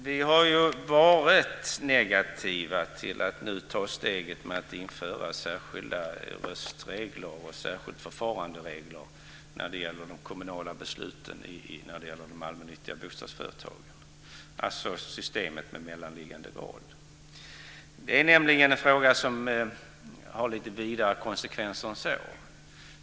Fru talman! Vi har varit negativa till att ta steget mot att införa särskilda röstregler och särskilda förfaranderegler när det gäller de kommunala besluten för de allmännyttiga bostadsföretagen, alltså systemet med mellanliggande val. Det är nämligen en fråga som har lite vidare konsekvenser än så.